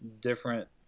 different